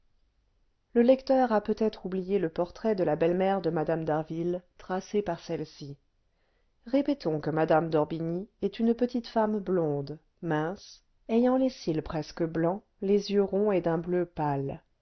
le lecteur a peut-être oublié le portrait de la belle-mère de mme d'harville tracé par celle-ci répétons que mme d'orbigny est une petite femme blonde mince ayant les cils presque blancs les yeux ronds et d'un bleu pâle